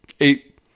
eight